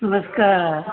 नमस्कार